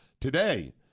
today